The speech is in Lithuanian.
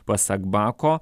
pasak bako